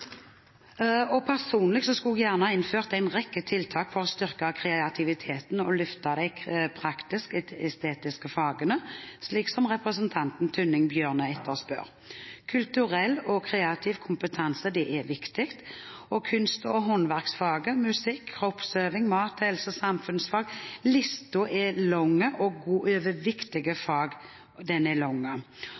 Personlig skulle jeg gjerne innført en rekke tiltak for å styrke kreativiteten og løfte de praktisk-estetiske fagene, som representanten Tynning Bjørnø etterspør. Kulturell og kreativ kompetanse er viktig. Kunst- og håndverksfaget, musikk, kroppsøving, mat og helse, samfunnsfag – listen over gode og viktige fag er lang. Også arbeiderpartirepresentanter har etterspurt IKT-satsing i skolen, som selvsagt er